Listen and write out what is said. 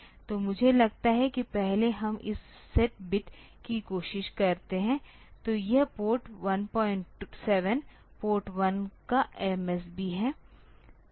तो मुझे लगता है कि पहले हम इस सेट बिट की कोशिश करते हैं तो यह पोर्ट 17 पोर्ट 1 का MSB है